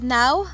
now